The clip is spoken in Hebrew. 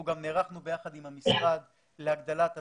גם נערכנו יחוד עם המשרד להגדלת הצוותים.